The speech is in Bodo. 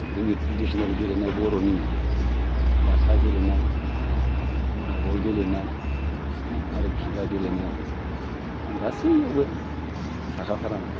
जोंनि ट्रेडिशनेल गेलेनाय बर'नि बाथा गेलेनाय मारबल गेलेनाय आरो घिला गेलेनायाव आं गासैयावबो साखा फारामोन